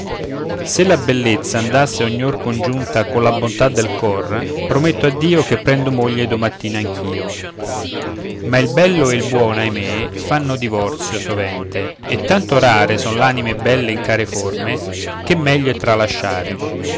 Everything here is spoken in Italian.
se la bellezza andasse ognor congiunta colla bontà del cor prometto a dio che prendo moglie domattina anch'io ma il bello e il buono ahimè fanno divorzio sovente e tanto rare sono l'anime belle in care forme che meglio è tralasciare